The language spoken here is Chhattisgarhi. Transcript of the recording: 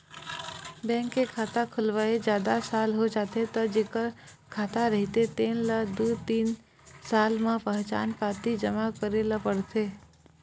बैंक के खाता खोलवाए जादा साल हो जाथे त जेखर खाता रहिथे तेन ल दू तीन साल म पहचान पाती जमा करे ल परथे